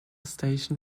station